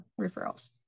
referrals